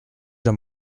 dans